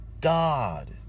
God